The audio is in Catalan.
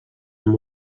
amb